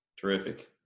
Terrific